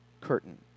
curtain